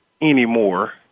anymore